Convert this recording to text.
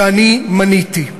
שאני מניתי.